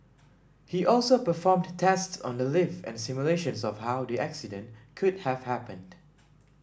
he also performed tests on the lift and simulations of how the accident could have happened